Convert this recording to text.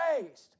raised